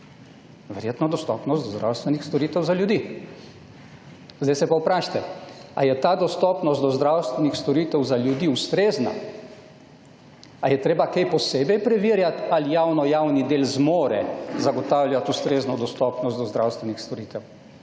Verjetno dostopnost do zdravstvenih storitev za ljudi. Zdaj se pa vprašajte ali je ta dostopnost do zdravstvenih storitev za ljudi ustrezna, a je treba kaj posebej preverjati ali javno-javni del zmore zagotavljati ustrezno dostopnost do zdravstvenih storitev,